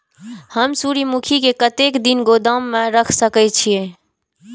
हम सूर्यमुखी के कतेक दिन गोदाम में रख सके छिए?